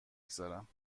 گذارم